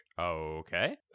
Okay